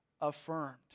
affirmed